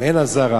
אם אין אזהרה,